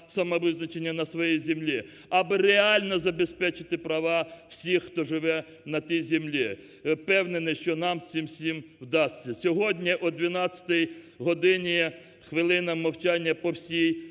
самовизначення на своїй землі, аби реально забезпечити права всіх, хто живе на тій землі. Впевнений, що нам це все вдасться. Сьогодні о 12-й годині хвилина мовчання по всій